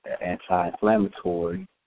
anti-inflammatory